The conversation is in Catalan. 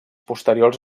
posteriors